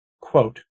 Quote